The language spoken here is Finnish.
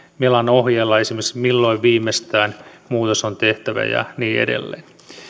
melan ohjeella esimerkiksi sitä milloin viimeistään muutos on tehtävä ja niin edelleen